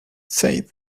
said